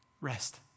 Rest